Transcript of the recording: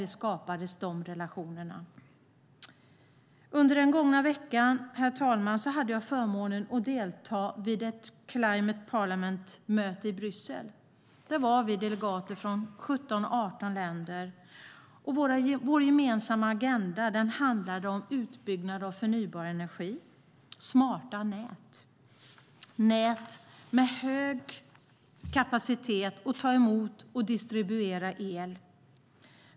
Där skapades förutsättningarna. Herr talman! Under den gångna veckan hade jag förmånen att delta vid ett Climate Parliament-möte i Bryssel. Det var delegater från 17-18 länder. Vår gemensamma agenda handlade om utbyggnad av förnybar energi och smarta nät, nät med hög kapacitet att ta emot och distribuera el.